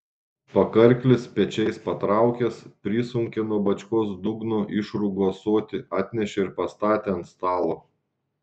pakarklis pečiais patraukęs prisunkė nuo bačkos dugno išrūgų ąsotį atnešė ir pastatė ant stalo